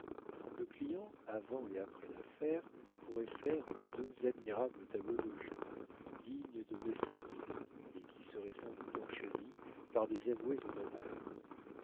le client avant et après l'affaire pourrait faire deux admirables tableaux de genre dignes de meissonnier et qui seraient sans doute enchéris par des avoués honoraires